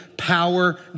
power